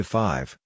five